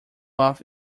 off